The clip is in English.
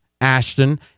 Ashton